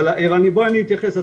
אבל בואי אני יתייחס,